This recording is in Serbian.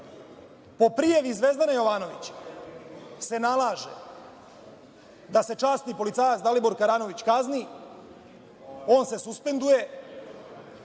po prijavi Zvezdana Jovanovića se nalaže da se časni policajac Dalibor Karanović kazni, on se suspenduje